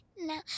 No